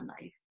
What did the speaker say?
life